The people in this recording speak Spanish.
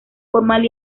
formal